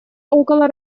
около